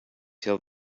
tell